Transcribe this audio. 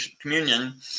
communion